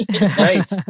right